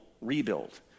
rebuild